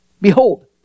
Behold